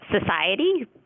society